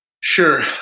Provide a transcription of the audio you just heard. Sure